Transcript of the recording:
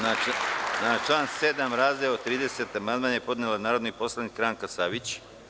Na član 7. Razdeo 30 amandman je podnela narodni poslanik Ranka Savić.